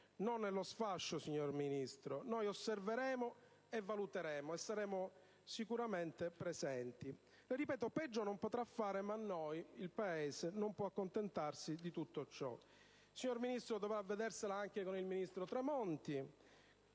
non nello sfascio ulteriore, signor Ministro. Noi osserveremo, valuteremo e saremo sicuramente presenti. Ripeto, peggio non potrà fare, ma noi, il Paese, non può accontentarsi di ciò. Poi, signor Ministro, dovrà vedersela con il ministro Tremonti,